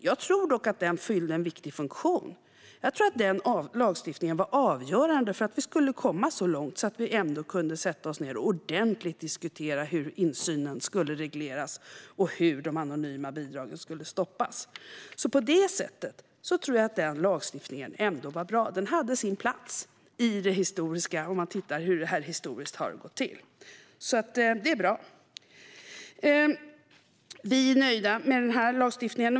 Jag tror dock att den fyllde en viktig funktion - jag tror att lagstiftningen var avgörande för att vi ändå skulle komma så långt att vi kunde sätta oss ned och ordentligt diskutera hur insynen skulle regleras och de anonyma bidragen stoppas. På det sättet tror jag alltså att lagstiftningen var bra; den hade sin plats med tanke på hur detta historiskt har gått till. Det är bra. Vi är nöjda med denna lagstiftning.